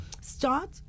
start